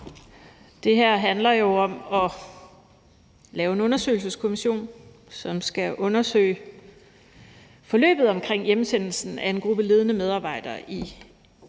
Det her handler jo om at lave en undersøgelseskommission, som skal undersøge forløbet omkring hjemsendelsen af en gruppe af ledende medarbejdere i